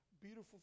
beautiful